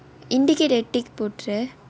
indicate a tick போட்டிரு:pottiru